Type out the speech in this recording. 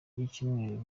y’ibyumweru